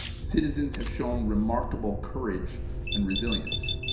citizens have shown remarkable courage and resilience.